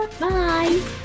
Bye